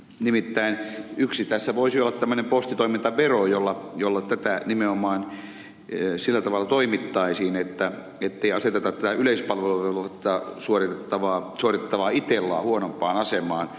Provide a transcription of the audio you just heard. nimittäin yksi malli tässä voisi olla tämmöinen postitoimintavero jolla tätä nimenomaan sillä tavalla ohjattaisiin ettei aseteta tätä yleispalveluvelvoitetta suorittavaa itellaa huonompaan asemaan